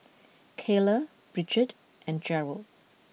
Keila Bridgett and Gerald